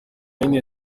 yindi